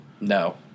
No